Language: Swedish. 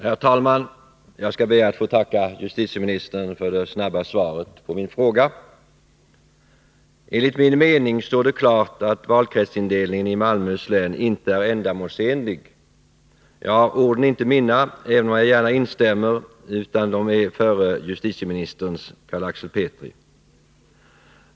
Herr talman! Jag skall be att få tacka justitieministern för att han svarade så snabbt på min fråga. ”Enligt min mening står det klart att valkretsindelningen i Malmöhus län inte är ändamålsenlig.” Ja, orden är inte mina — även om jag gärna instämmer — utan förre justitieministern Carl-Axel Petris.